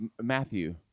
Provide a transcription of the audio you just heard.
Matthew